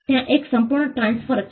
ત્યાં એક સંપૂર્ણ ટ્રાન્સફર છે